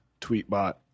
tweetbot